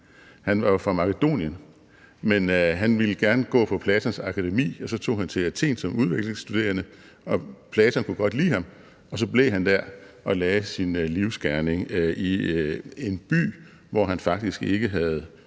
Han var fra Makedonien, men han ville gerne gå på Platons akademi, og så tog han til Athen som udvekslingsstuderende. Platon kunne godt lide ham, og så blev han der og lagde sin livsgerning i en by, hvor han faktisk ikke havde